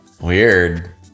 Weird